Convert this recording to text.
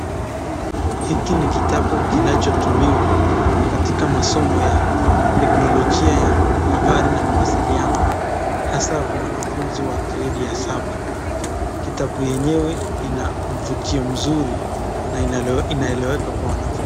Hiki ni kitabu kinachotumiwa katika masomo ya teknologia ya habari na mawasiliano. Hasa kwa wanafunzi wa gredi ya saba. Kitabu enyewe Ina mvutio mzuri na inaeleweka kwa wanafunzi.